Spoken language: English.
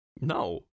No